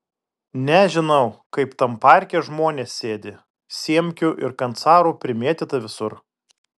nežinau kaip tam parke žmonės sėdi siemkių ir kancarų primėtyta visur